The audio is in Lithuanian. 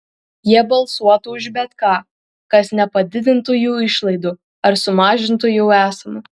jie balsuotų už bet ką kas nepadidintų jų išlaidų ar sumažintų jau esamų